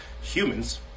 humans